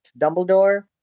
Dumbledore